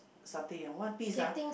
satay ah one piece ah